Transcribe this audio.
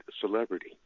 celebrity